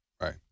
Right